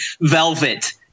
Velvet